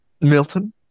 Milton